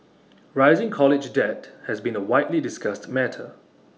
rising college debt has been A widely discussed matter